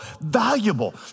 valuable